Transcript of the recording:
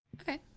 Okay